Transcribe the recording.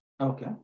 Okay